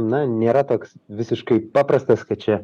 na nėra toks visiškai paprastas kad čia